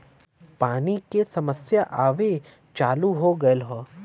पानी के समस्या आवे चालू हो गयल हौ